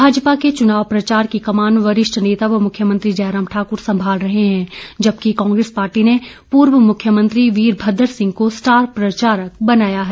भाजपा के चुनाव प्रचार की कमान वरिष्ठ नेता व मुख्यमंत्री जयराम ठाकुर संभाल रहे हैं जबकि कांग्रेस पार्टी ने पूर्व मुख्यमंत्री वीरभद्र सिंह को स्टार प्रचारक बनाया है